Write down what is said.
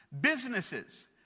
Businesses